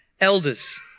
elders